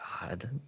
God